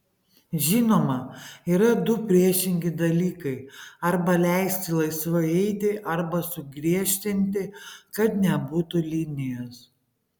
žinoma yra du priešingi dalykai arba leisti laisvai eiti arba sugriežtinti kad nebūtų linijos